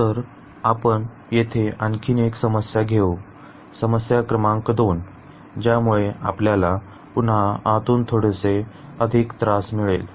तर आपण येथे आणखी एक समस्या घेऊ समस्या क्रमांक 2 ज्यामुळे आपल्याला पुन्हा आतून थोडे अधिक त्रास मिळेल